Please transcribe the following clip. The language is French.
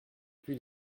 puis